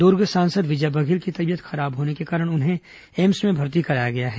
दुर्ग सांसद विजय बघेल की तबीयत खराब होने के कारण उन्हें एम्स में भर्ती कराया गया है